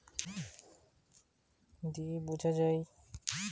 মাটির অবস্থা সাধারণত তার পি.এইচ ব্যালেন্স বা টকভাব মানের মধ্যে দিয়ে বুঝা যায়